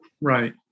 Right